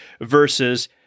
versus